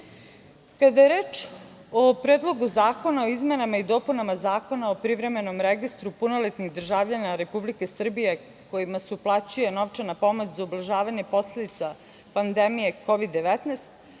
PDV.Kada je reč o Predlogu zakona o izmenama i dopunama Zakona o privremenom registru punoletnih državljana Republike Srbije kojima se uplaćuje novčana pomoć za ublažavanje posledica pandemije Kovid 19,